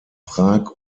prag